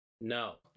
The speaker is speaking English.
No